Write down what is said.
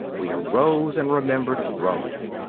we arose and remembered rome.